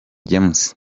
james